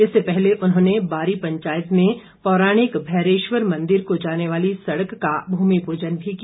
इससे पहले उन्होंने बारी पंचायत में पौराणिक भैरेश्वर मंदिर को जाने वाली सड़क का भूमि पूजन भी किया